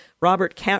Robert